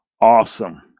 Awesome